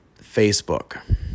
Facebook